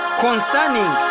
concerning